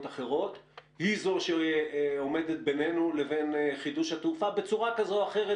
אחרות היא זו שעומדת בינינו לבין חידוש התעופה בצורה כזו או אחרת,